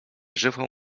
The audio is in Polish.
żywą